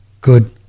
Good